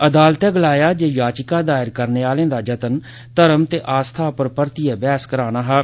अदालतै गलाया ऐ जे याचिका दायर करने आले दा जत्न धर्म ते आस्था उप्पर परतिये बैहस करना हा